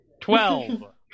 Twelve